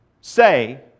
say